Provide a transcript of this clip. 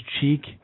cheek